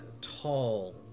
Tall